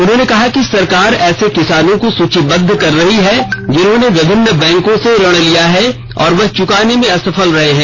उन्होंने कहा कि सरकार ऐसे किसानों को सूचीबद्ध कर रही है जिन्होंने विभिन्न बैंकों से ऋण लिया है और वह चुकाने में असफल रहे हैं